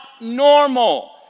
normal